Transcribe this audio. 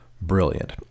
Brilliant